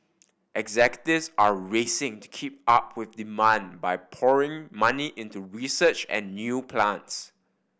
executives are racing to keep up with demand by pouring money into research and new plants